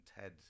Ted